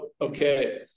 okay